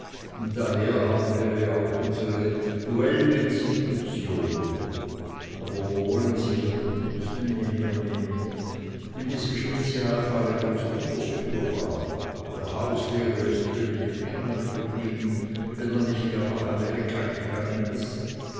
daher haben wir ja auch unsere duellinstitution aber wo wollen sie hier die blutsühne hernehmen in diesem spezialfalle ganz undurchführbar der hauslehrer ist drüben in england geblieben wenn er nicht gar nach amerika gegangen ist